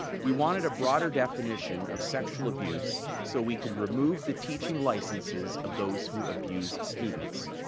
we wanted a broader definition of sexual abuse so we could remove the teaching licenses of those who abuse students.